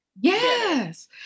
Yes